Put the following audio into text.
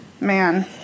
Man